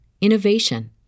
innovation